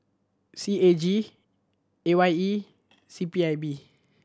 C A G A Y E C P I B